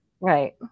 Right